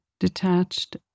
detached